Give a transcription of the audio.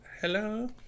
hello